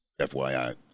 FYI